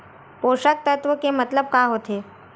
पोषक तत्व के मतलब का होथे?